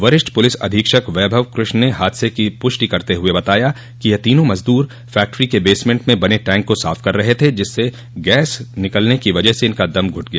वरिष्ठ प्रलिस अधीक्षक वैभव कृष्ण ने हादसे की प्रष्टि करते हुए बताया कि यह तीनों मज़दूर फैक्ट्री के बेसमेन्ट में बने टैंक को साफ़ कर रहे थे जिसमें गैस की वजह से इनका दम घुट गया